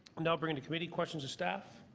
and bring to committee questions of staff.